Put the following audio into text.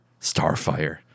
Starfire